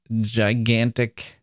gigantic